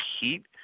heat